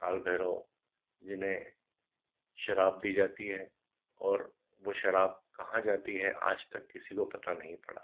काल भैरव जिन्हें शराब दी जाती है और वो शराब कहाँ जाती है आज तक किसी को पता पता नहीं पड़ा